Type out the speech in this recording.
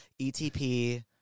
ETP